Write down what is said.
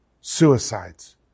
suicides